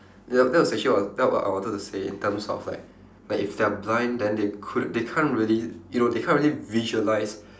ya that was actually what that I wanted to say in terms of like like if they're blind then they cou~ they can't really you know they can't really visualise